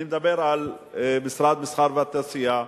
אני מדבר על משרד המסחר והתעשייה.